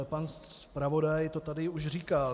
Pan zpravodaj to tady už říkal.